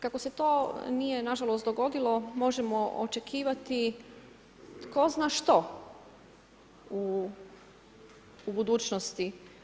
Kako se to nije nažalost dogodilo možemo očekivati tko zna što u budućnosti.